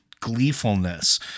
gleefulness